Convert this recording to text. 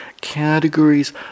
categories